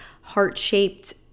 heart-shaped